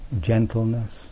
gentleness